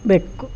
ಬೆಕ್ಕು